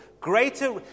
Greater